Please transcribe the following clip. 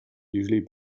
usually